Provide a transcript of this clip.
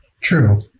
True